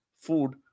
food